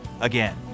again